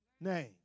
name